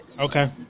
Okay